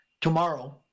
tomorrow